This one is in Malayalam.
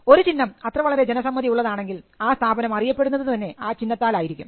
ഒരു ചിഹ്നം അത്ര വളരെ ജനസമ്മതി ഉള്ളതാണെങ്കിൽ ആ സ്ഥാപനം അറിയപ്പെടുന്നതു തന്നെ ആ ചിഹ്നത്താലായിരിക്കും